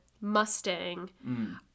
Mustang